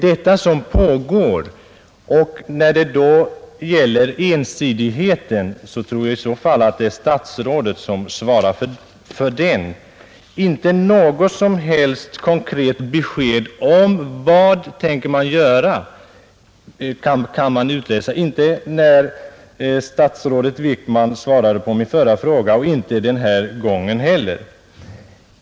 Beträffande ensidigheten tror jag att det snarare är statsrådet som svarar för den. Inte något som helst konkret besked om vad man tänker göra kan jag utläsa — inte ur statsrådet Wickmans svar på min förra fråga och inte den här gången heller.